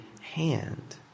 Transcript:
hand